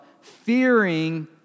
fearing